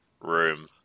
room